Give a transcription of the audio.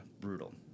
Brutal